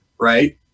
right